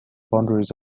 boundaries